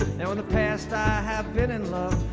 now in the past i have been in love.